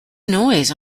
noise